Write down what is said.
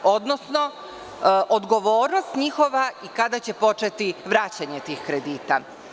Odnosno, odgovornost njihova i kada će početi vraćanje tih kredita.